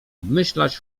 obmyślać